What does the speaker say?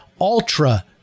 ultra